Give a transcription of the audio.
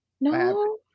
No